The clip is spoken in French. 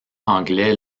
anglais